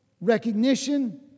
recognition